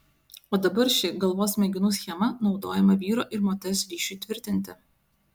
o dabar ši galvos smegenų schema naudojama vyro ir moters ryšiui tvirtinti